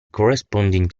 corresponding